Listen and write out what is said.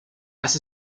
las